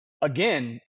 again